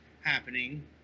happening